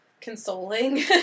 consoling